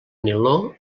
niló